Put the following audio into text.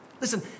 listen